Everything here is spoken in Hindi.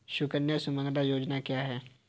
सुकन्या सुमंगला योजना क्या है?